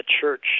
church